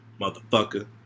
Motherfucker